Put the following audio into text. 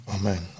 Amen